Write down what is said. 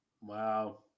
wow